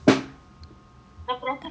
the president all